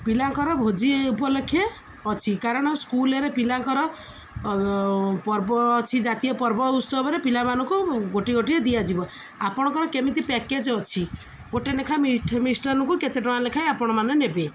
ପିଲାଙ୍କର ଭୋଜି ଉପଲକ୍ଷ ଅଛି କାରଣ ସ୍କୁଲରେ ପିଲାଙ୍କର ପର୍ବ ଅଛି ଜାତୀୟ ପର୍ବ ଉତ୍ସବରେ ପିଲାମାନଙ୍କୁ ଗୋଟିଏ ଗୋଟିଏ ଦିଆଯିବ ଆପଣଙ୍କର କେମିତି ପ୍ୟାକେଜ୍ ଅଛି ଗୋଟେ ଲେଖା ମିଷ୍ଟାନ୍ନକୁ କେତେ ଟଙ୍କା ଲେଖାଏଁ ଆପଣମାନେ ନେବେ